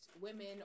women